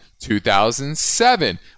2007